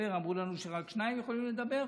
אמרו לנו שרק שניים יכולים לדבר,